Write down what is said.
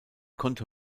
konnte